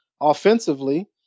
offensively